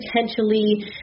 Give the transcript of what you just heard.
Potentially